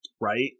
Right